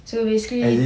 so basically